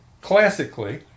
classically